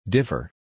Differ